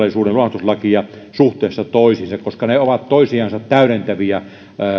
ja kokonaisturvallisuuden lunastuslakia suhteessa toisiinsa koska ne ovat toisiansa täydentäviä